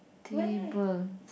table